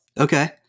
Okay